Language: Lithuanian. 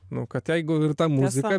nu kad jeigu ir ta muzika